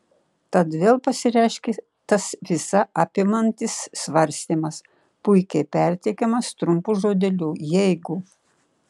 tad vėl pasireiškė tas visa apimantis svarstymas puikiai perteikiamas trumpu žodeliu jeigu